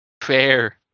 fair